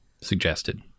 suggested